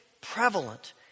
prevalent